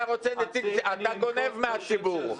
אתה גונב מהציבור.